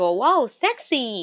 wow,sexy